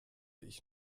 ich